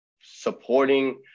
supporting